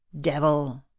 devil